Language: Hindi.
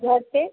जैसे